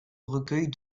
recueils